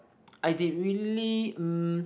I did really um